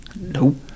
Nope